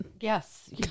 yes